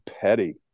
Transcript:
petty